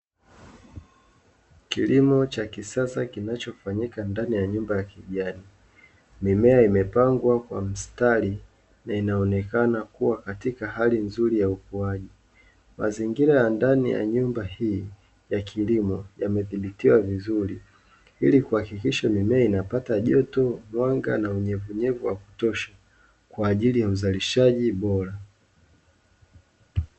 Kilimo cha kisasa kinachofanyika ndani ya nyumba ya kijani. Mimea imepangwa kwa mstari na inaonekana kuwa katika hali nzuri ya ukuaji, mazingira ya ndani ya nyumba hii ya kilimo yamethibitiwa vizuri ili kuhakikisha mimea inapata joto, mwanga, na unyevunyevu wa kutosha kwa ajili ya uzalishaji bora.